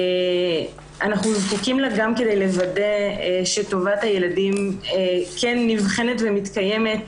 אנחנו זקוקים לה גם כדי לוודא שטובת הילדים נבחנת ומתקיימת